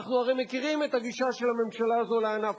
אנחנו הרי אנחנו מכירים את הגישה של הממשלה הזאת לענף הקולנוע: